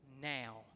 Now